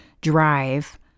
drive